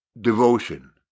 devotion